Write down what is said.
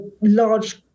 large